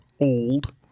old